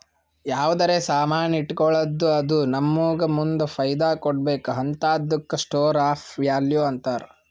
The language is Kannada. ಯಾವ್ದರೆ ಸಾಮಾನ್ ಇಟ್ಗೋಳದ್ದು ಅದು ನಮ್ಮೂಗ ಮುಂದ್ ಫೈದಾ ಕೊಡ್ಬೇಕ್ ಹಂತಾದುಕ್ಕ ಸ್ಟೋರ್ ಆಫ್ ವ್ಯಾಲೂ ಅಂತಾರ್